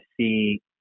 see